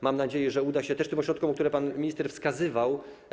Mam nadzieję, że uda się pomóc tym ośrodkom, które pan minister wskazywał.